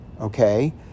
okay